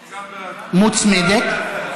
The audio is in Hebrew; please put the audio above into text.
מוצמדת.